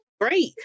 great